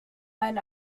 ein